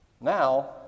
Now